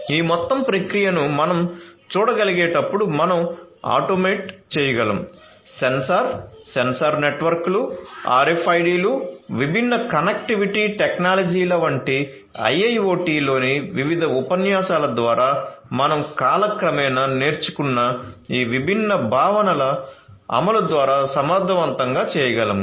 ఈ మొత్తం ప్రక్రియను మనం చూడగలిగేటప్పుడు మనం ఆటోమేట్ చేయగలము సెన్సార్ సెన్సార్ నెట్వర్క్లు ఆర్ఎఫ్ఐడిలు విభిన్న కనెక్టివిటీ టెక్నాలజీల వంటి IIoT లోని వివిధ ఉపన్యాసాల ద్వారా మనం కాలక్రమేణా నేర్చుకున్న ఈ విభిన్న భావనల అమలు ద్వారా సమర్థవంతంగా చేయగలము